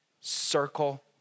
circle